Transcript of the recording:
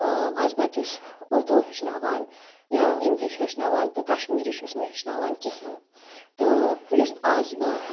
اَز بَچَس اُردوٗ ہیٚچھناوان یا اِنٛگلِش ہیٚچھناوان تہٕ کَشمیٖری چھُس نہٕ ہیٚچھناوان کِہیٖنٛۍ تہٕ یُس اَز